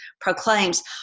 proclaims